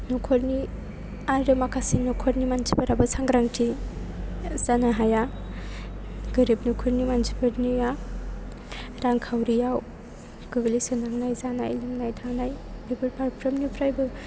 न'खरनि आरो माखासे न'खरनि मानसिफोराबो सांग्रांथि जानो हाया गोरिब न'खरनि मानसिफोरनिया रांखाउरियाव गोग्लैसोनानै जानाय लोंनाय थानाय बेफोर फारफ्रोमनिफ्रायबो